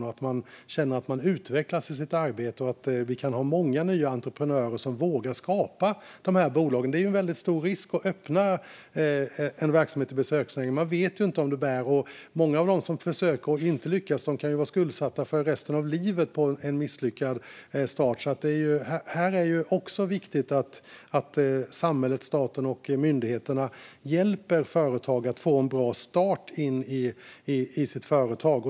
Man måste kunna känna att man utvecklas i sitt arbete. Vi måste ha många nya entreprenörer som vågar skapa dessa bolag. Det utgör en stor risk att öppna en verksamhet inom besöksnäringen. Man vet inte om det bär. Många av dem som försöker och inte lyckas kan bli skuldsatta under resten av livet på grund av en misslyckad start. Därför är det viktigt att samhället, staten och myndigheterna hjälper företag att få en bra start.